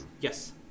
Yes